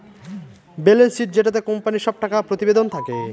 balance sheet যেটাতে কোম্পানির সব টাকা প্রতিবেদন থাকে